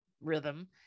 rhythm